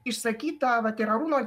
išsakytą vat ir arūno